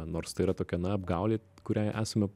nors tai yra tokia na apgaulė kuriai esame